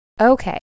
Okay